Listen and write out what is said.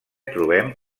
trobem